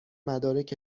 مدارک